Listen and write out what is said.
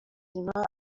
niyonzima